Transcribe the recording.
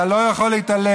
אתה לא יכול להתעלם,